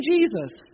Jesus